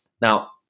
Now